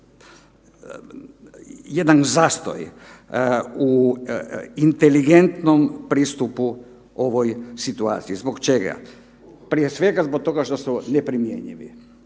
jedan zastoj u inteligentnom pristupu u ovoj situaciji. Zbog čega? Prije svega zbog toga što su neprimjenjivi